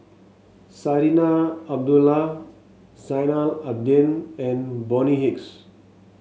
Zarinah Abdullah Zainal Abidin and Bonny Hicks